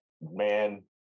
man